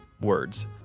words